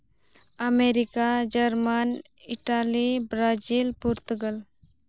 America German Italy Brazil Portugal